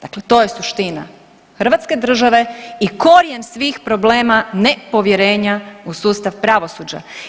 Dakle to je suština Hrvatske države i korijen svih problema nepovjerenja u sustav pravosuđa.